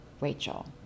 Rachel